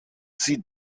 sie